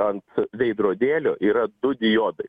ant veidrodėlio yra du diodai